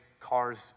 cars